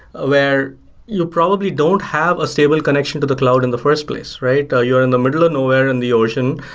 where you probably don't have a stable connection to the cloud in the first place, right? you're in the middle of nowhere in the ocean,